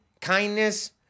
kindness